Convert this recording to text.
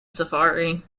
safari